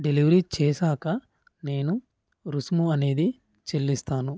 delivery చేశాక నేను రుసుము అనేది చెల్లిస్తాను